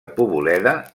poboleda